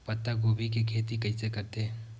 पत्तागोभी के खेती कइसे करथे?